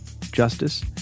justice